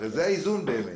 הרי זה האיזון באמת.